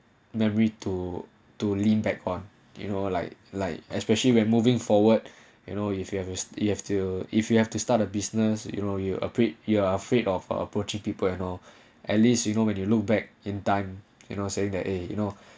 memory to to lean back on you know like like especially when moving forward you know if you have to you have to if you have to start a business you know you're afraid you are afraid of approaching people you know at least you know when you look back in time you know saying that a you know